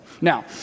Now